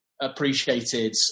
appreciated